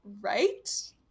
right